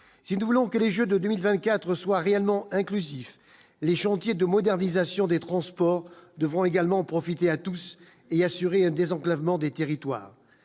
si nous voulons que les Jeux de 2020, 4 soit réellement inclusif, les chantiers de modernisation des transports devront également profiter à tous, et assurer un désenclavement des territoires